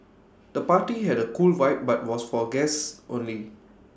the party had A cool vibe but was for guests only